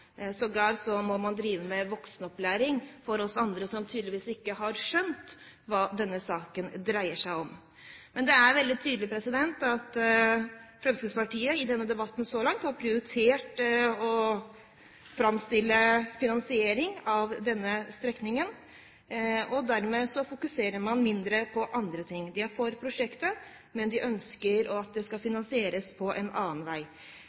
må man drive med voksenopplæring for oss andre, som tydeligvis ikke har skjønt hva denne saken dreier seg om. Det er veldig tydelig at Fremskrittspartiet i denne debatten så langt har prioritert å framstille finansiering av denne strekningen. Dermed fokuserer man mindre på andre ting. De er for prosjektet, men de ønsker at det skal finansieres på en annen